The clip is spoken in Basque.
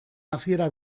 hasiera